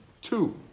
two